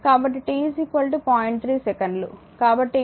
3 సెకన్లు కాబట్టి ఇక్కడ t 0